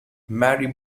mary